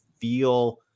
feel